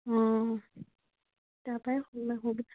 অঁ তাৰপাই